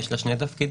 יש לה שני תפקידים.